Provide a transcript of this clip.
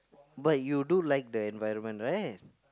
but you do like their invite one right